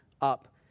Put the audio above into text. up